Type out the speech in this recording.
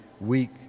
Week